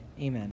Amen